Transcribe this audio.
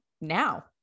now